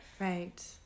Right